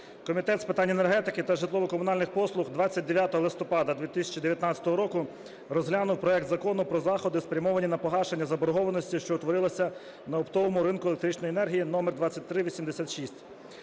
Комітет з питань енергетики та житлово-комунальних послуг 29 листопада 2019 року розглянув проект Закону про заходи, спрямовані на погашення заборгованості, що утворилася на оптовому ринку електричної енергії (номер 2386).